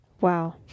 Wow